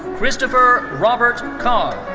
christopher robert carr.